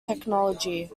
technology